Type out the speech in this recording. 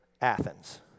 Athens